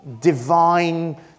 divine